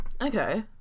Okay